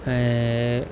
ऐं